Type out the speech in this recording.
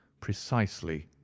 precisely